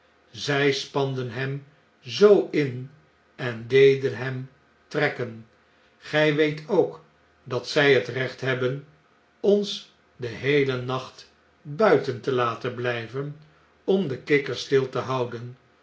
zjj spanden hem zoo in en deden hem trekken gjj weet ook dat zjj het recht hebben ons den heeien nacht buiten te laten bljjven om de kikkers stil te houden